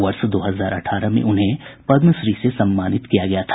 वर्ष दो हजार अठारह में उन्हें पद्मश्री से सम्मानित किया गया था